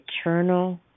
eternal